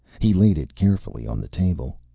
he laid it carefully on the table.